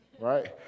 right